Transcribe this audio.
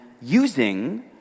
using